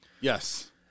Yes